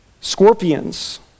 scorpions